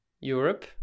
Europe